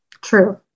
True